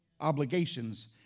obligations